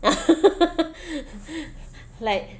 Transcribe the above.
like